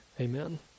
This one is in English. amen